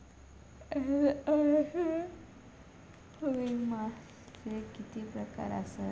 LIC विम्याचे किती प्रकार आसत?